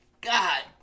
God